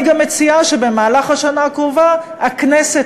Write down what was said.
אני גם מציעה שבמהלך השנה הקרובה הכנסת